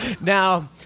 Now